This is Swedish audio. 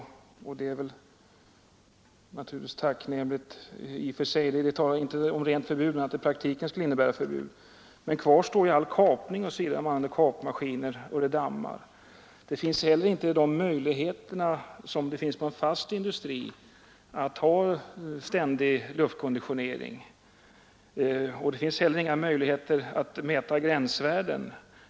Det är inte ett rent förbud men skulle i praktiken innebära förbud, och det är väl tacknämligt i och för sig. Men kvar står all kapning och alla kapmaskiner där det dammar. Det finns inte samma möjligheter som på en fast industri att ha ständig luftkonditionering, och det finns heller inga möjligheter att mäta gränsvärden.